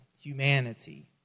Humanity